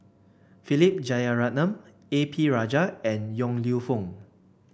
Philip Jeyaretnam A P Rajah and Yong Lew Foong